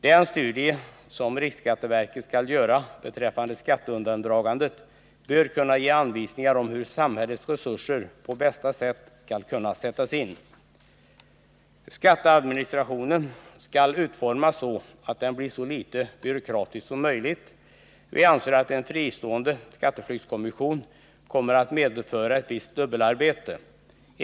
Den studie som RSV skall göra beträffande skatteundandragandet bör kunna ge anvisningar om hur samhällets resurser på bästa sätt skall kunna sättas in. Skatteadministrationen skall utformas så att den blir så litet byråkratisk som möjligt. Vi anser att en fristående skatteflyktskommission kommer att medföra ett visst dubbelarbete.